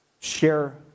Share